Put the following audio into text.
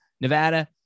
Nevada